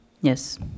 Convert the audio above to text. Yes